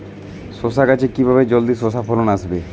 শশা গাছে কিভাবে জলদি শশা ফলন আসবে?